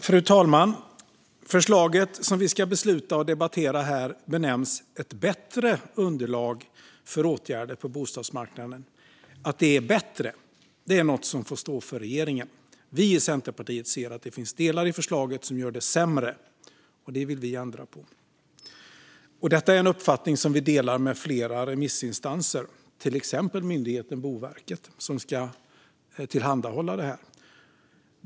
Fru talman! Förslaget som vi ska debattera och besluta om benämns Ett bättre underlag för åtgärder på bostadsmarknaden . Att det är bättre är något som får stå för regeringen. Vi i Centerpartiet ser att det finns delar i förslaget som gör det sämre, och det vill vi ändra på. Detta är en uppfattning som vi delar med flera remissinstanser, till exempel myndigheten Boverket som ska tillhandahålla detta.